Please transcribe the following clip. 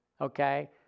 Okay